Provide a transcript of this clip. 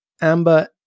Amber